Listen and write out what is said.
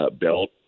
built